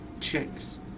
chicks